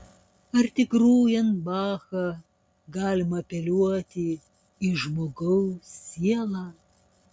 ar tik grojant bachą galima apeliuoti į žmogaus sielą